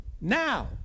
now